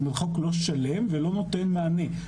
זהו חוק לא שלם ולא נותן מענה.